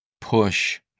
push